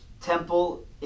Temple